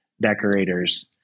decorators